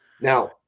Now